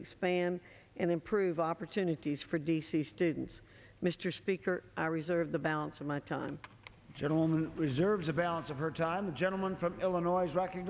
expand and improve opportunities for d c students mr speaker i reserve the balance of my time gentleman reserves a balance of her time the gentleman from illinois